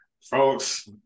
folks